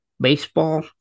baseball